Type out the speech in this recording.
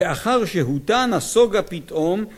‫ואחר שהוא דן נסוגה פתאום,